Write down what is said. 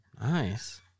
nice